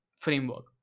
framework